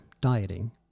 dieting